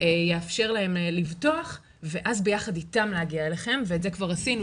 יאפשר להם לבטוח ואז ביחד איתם להגיע אליכם ואת זה כבר עשינו,